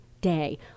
day